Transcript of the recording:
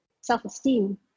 self-esteem